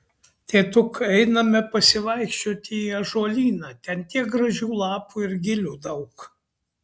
tėtuk einame pasivaikščioti į ąžuolyną ten tiek gražių lapų ir gilių daug